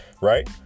right